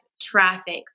traffic